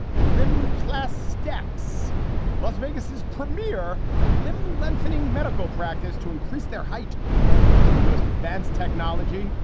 limb plastics. las vegas's premier limb lengthening medical practice to increase their height using the most advanced technology.